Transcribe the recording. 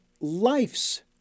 life's